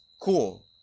cool